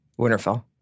Winterfell